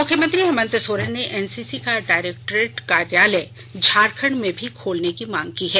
मुख्यमंत्री हेमंत सोरेन ने एनसीसी का डायरेक्टरेट कार्यालय झारखंड में भी खोलने की मांग की है